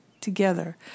together